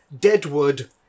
deadwood